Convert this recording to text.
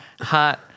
Hot